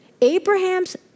Abraham's